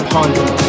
Ponder